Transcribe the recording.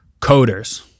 coders